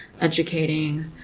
educating